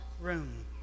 room